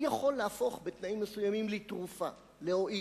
הוא יכול להפוך בתנאים מסוימים לתרופה, להועיל.